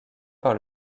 par